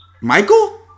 Michael